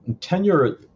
tenure